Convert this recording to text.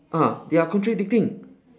ah they are contradicting